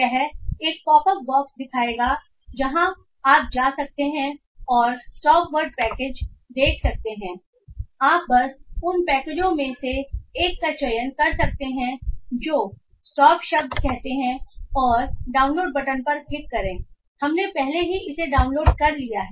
यह एक pop up box दिखाएगा जहां आप जा सकते हैं और स्टॉप वर्ड पैकेज देख सकते हैं आप बस उन पैकेजों में से एक का चयन कर सकते हैं जो स्टॉप शब्द कहते हैं और डाउनलोड बटन पर क्लिक करें हमने पहले ही इसे डाउनलोड कर लिया है